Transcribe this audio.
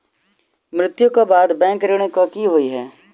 मृत्यु कऽ बाद बैंक ऋण कऽ की होइ है?